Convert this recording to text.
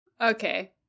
Okay